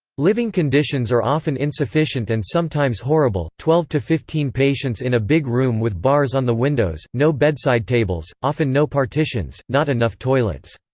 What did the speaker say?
living conditions are often insufficient and sometimes horrible twelve to fifteen patients in a big room with bars on the windows, no bedside tables, often no partitions, not enough toilets.